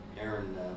Aaron